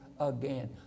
again